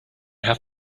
have